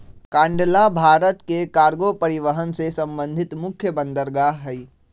कांडला भारत के कार्गो परिवहन से संबंधित मुख्य बंदरगाह हइ